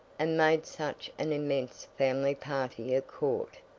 and made such an immense family-party at court,